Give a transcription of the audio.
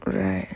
right